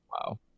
Wow